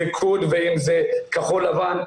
אם זה ליכוד ואם זה 'כחול לבן',